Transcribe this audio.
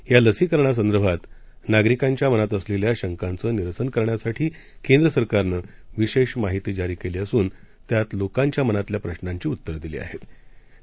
यालसीकरणासंदर्भातनागरिकांच्यामनातअसलेल्याशंकांचनिरसनकरण्यासाठीकेंद्रसरकारनंविशेषमाहितीजारीकेलीअसूनत्यातलोकांच्याम नातल्याप्रशांचीउत्तरंदिलीआहेत